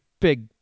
big